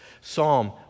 Psalm